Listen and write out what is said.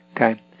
Okay